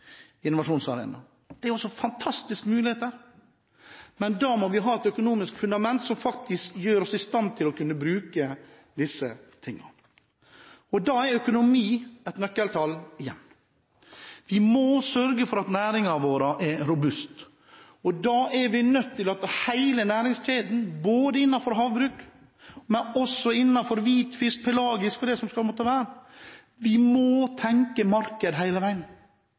innovasjonsarena. Det gir fantastiske muligheter. Men vi må ha et økonomisk fundament som gjør oss i stand til å kunne bruke disse ordningene. Da er igjen økonomi et nøkkelord. Vi må sørge for at næringene våre er robuste. Når det gjelder næringskjeden, både innenfor havbruk og hvitfisk og pelagisk fisk, og hva det måtte være, må vi hele veien tenke